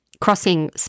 crossing